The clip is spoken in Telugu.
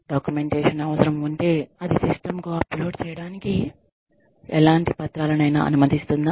డాక్యుమెంటేషన్ అవసరం ఉంటే అది సిస్టమ్కు అప్లోడ్ చేయడానికి ఎలాంటి పత్రాల నైనా అనుమతిస్తుందా